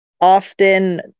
often